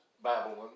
Babylon